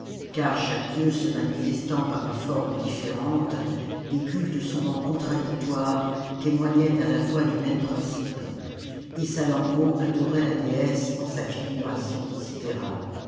car chaque dieu se manifestant par des formes différentes des cultes souvent contradictoires témoignaient à la fois du même principe et salammbô adorait la déesse en sa fiofuration sidérale